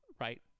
right